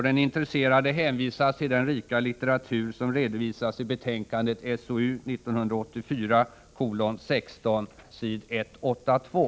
Den intresserade hänvisas till den rika litteratur som redovisas i betänkandet SOU 1984:16 s. 182.